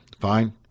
Fine